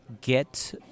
get